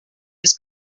its